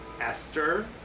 Esther